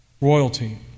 royalty